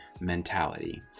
mentality